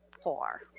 poor